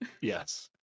Yes